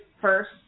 first